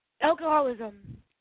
Alcoholism